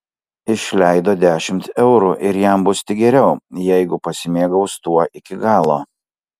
išleido dešimt eurų ir jam bus tik geriau jeigu pasimėgaus tuo iki galo